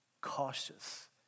cautious